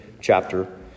chapter